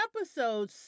episode